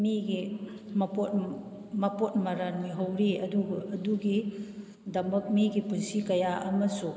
ꯃꯤꯒꯤ ꯃꯄꯣꯠ ꯃꯄꯣꯠ ꯃꯔꯜ ꯃꯤꯍꯧꯔꯤ ꯑꯗꯨꯒꯤ ꯗꯃꯛ ꯃꯤꯒꯤ ꯄꯨꯟꯁꯤ ꯀꯌꯥ ꯑꯃꯁꯨ